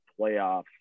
playoffs